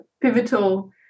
pivotal